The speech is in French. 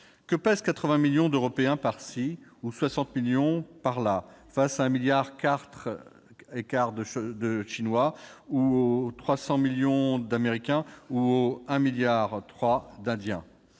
Que pèsent 80 millions d'Européens par-ci ou 60 millions par-là, face à 1,4 milliard de Chinois, à 300 millions d'Américains ou à 1,3 milliard d'Indiens ?